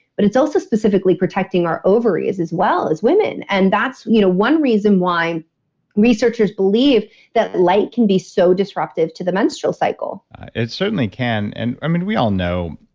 but it's also specifically protecting our ovaries as well as women. and that's you know one reason why researchers believe that light can be so disruptive to the menstrual cycle it certainly can. and we all know,